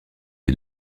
est